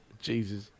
Jesus